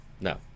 No